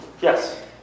Yes